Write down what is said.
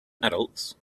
adults